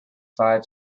five